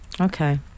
Okay